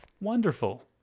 wonderful